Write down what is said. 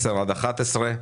10 ו-11.